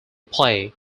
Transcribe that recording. play